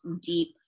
deep